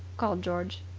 called george.